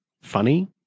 funny